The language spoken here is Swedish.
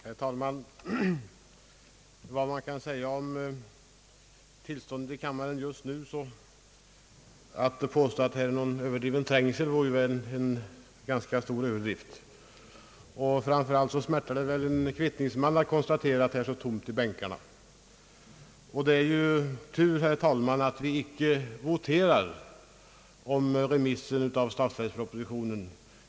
Herr talman! Vad man än kan säga om tillståndet i kammaren just nu vore det väl en stor överdrift att påstå att det råder någon trängsel. Framför allt smärtar det en kvittningsman att konstatera att det är så tomt i bänkarna. Det är tur, herr talman, att vi inte voterar om remissen av statsverkspropositionen.